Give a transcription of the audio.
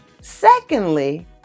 Secondly